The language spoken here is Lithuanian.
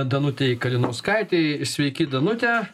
danutei kalinauskaitei ir sveiki danute